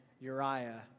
Uriah